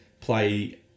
play